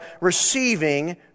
receiving